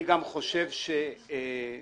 אני גם חושב שמה